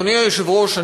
אדוני היושב-ראש,